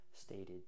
stated